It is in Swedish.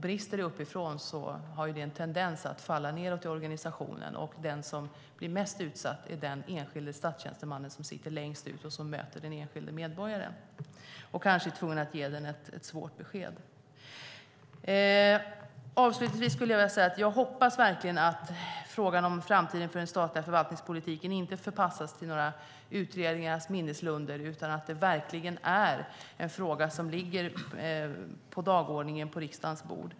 Brister det uppifrån har det en tendens att falla nedåt i organisationen, och mest utsatt blir den enskilda tjänsteman som sitter längst ned och möter den enskilda medborgaren och kanske måste ge denne ett svårt besked. Jag hoppas att frågan om framtiden för den statliga förvaltningspolitiken inte förpassas till några utredningarnas minneslunder utan att det verkligen är en fråga som ligger på regeringens bord.